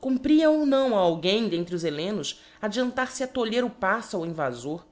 cumpria ou não a alguém d'entre os hellenos adiantar le a tolher o paíto ao invafor